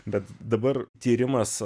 bet dabar tyrimas